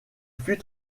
fut